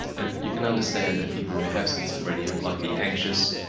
and you can understand that people who have schizophrenia might be anxious,